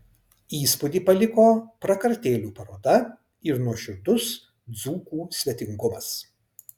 įspūdį paliko prakartėlių paroda ir nuoširdus dzūkų svetingumas